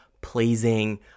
pleasing